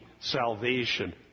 salvation